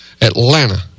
Atlanta